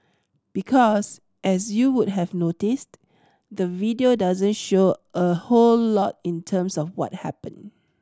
because as you would have noticed the video doesn't show a whole lot in terms of what happened